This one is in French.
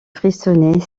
frissonner